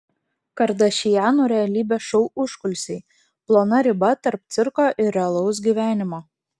kardašianų realybės šou užkulisiai plona riba tarp cirko ir realaus gyvenimo